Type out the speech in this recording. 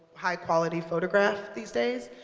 high-quality photograph these days.